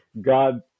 God